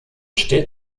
steht